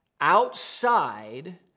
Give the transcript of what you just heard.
outside